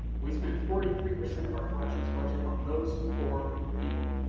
we spent forty three percent of our collections budget on those four people.